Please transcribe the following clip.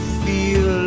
feel